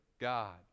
God